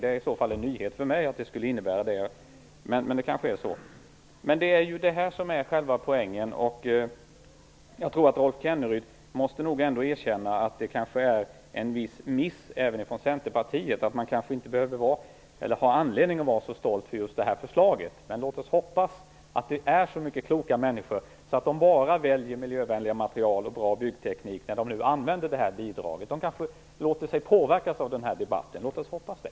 Det är i så fall en nyhet för mig, men det kanske är så. Det är ju detta som är själva poängen. Rolf Kenneryd måste nog erkänna att det har gjorts en liten miss även ifrån Centerpartiets sida. Man kanske inte har anledning att vara så stolt över just det här förslaget. Men låt oss hoppas att människorna är så kloka att de bara väljer ett miljövänligt material och en bra byggteknik när de använder detta bidrag! De kanske låter sig påverkas av den här debatten. Låt oss hoppas det!